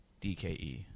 DKE